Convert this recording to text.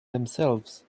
themselves